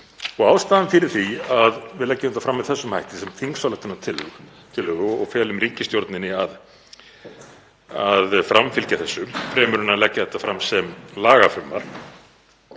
Ástæðan fyrir því að við leggjum það fram með þessum hætti, sem þingsályktunartillögu, og felum ríkisstjórninni að framfylgja þessu fremur en að leggja þetta fram sem lagafrumvarp,